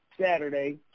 Saturday